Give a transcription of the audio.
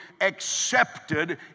accepted